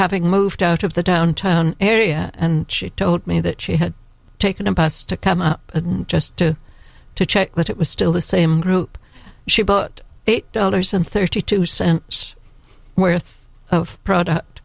having moved out of the downtown area and she told me that she had taken a bus to come up just to check that it was still the same group she booked eight dollars and thirty two cents worth of product